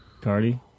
Cardi